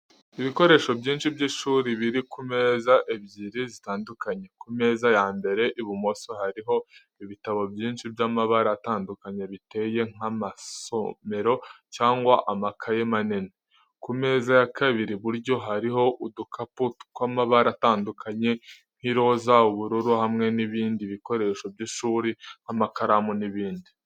Ibikoresho byinshi by’ishuri biri ku meza ebyiri zitandukanye. Ku meza ya mbere ibumoso hariho ibitabo byinshi by’amabara atandukanye, biteye nk’amasomero cyangwa amakaye manini. Ku meza ya kabiri iburyo hariho udukapu tw’amabara atandukanye nk’iroza, ubururu hamwe n’ibindi bikoresho by’ishuri nk'amakaramu n’ibindi.